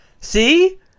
see